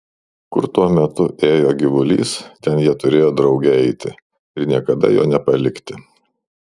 kur tuo metu ėjo gyvulys ten jie turėjo drauge eiti ir niekada jo nepalikti